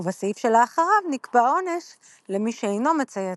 ובסעיף שלאחריו נקבע העונש למי שאינו מציית